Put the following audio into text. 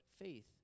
faith